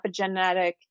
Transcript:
epigenetic